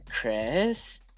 Chris